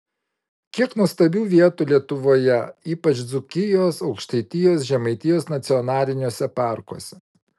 kiek nuostabių vietų lietuvoje ypač dzūkijos aukštaitijos žemaitijos nacionaliniuose parkuose